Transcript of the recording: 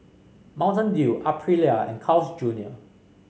Mountain Dew Aprilia and Carl's Junior